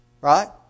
Right